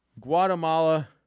Guatemala